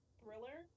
thriller